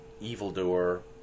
evildoer